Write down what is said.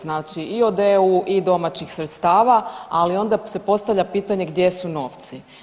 Znači i od EU i domaćih sredstava, ali onda se postavlja pitanje gdje su novci?